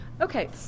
Okay